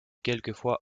quelquefois